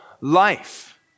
life